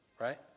right